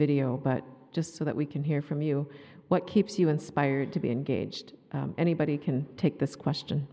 video but just so that we can hear from you what keeps you inspired to be engaged anybody can take this question